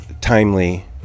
timely